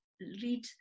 read